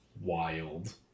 wild